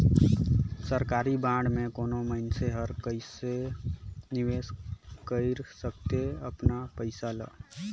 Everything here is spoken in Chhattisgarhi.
सरकारी बांड में कोनो मइनसे हर कइसे निवेश कइर सकथे अपन पइसा ल